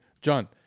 John